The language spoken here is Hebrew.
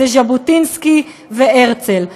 ז'בוטינסקי והרצל,